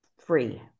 three